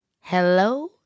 Hello